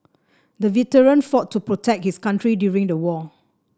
the veteran fought to protect his country during the war